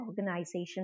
organization